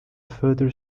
further